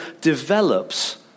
develops